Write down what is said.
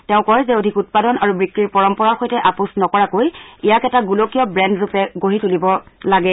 তেওঁ কয় যে অধিক উৎপাদন আৰু বিক্ৰীৰ পৰম্পৰাৰ সৈতে আপোচ নকৰাকৈ ইয়াক এটা গোলকীয় ব্ৰেণ্ডৰূপে গঢ়ি তুলিব লাগে